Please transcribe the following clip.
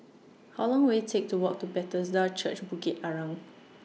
How Long Will IT Take to Walk to Bethesda Church Bukit Arang